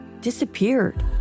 disappeared